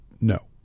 No